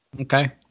Okay